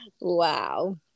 wow